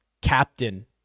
captain